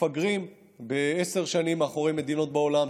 מפגרים בעשר שנים מאחורי מדינות בעולם,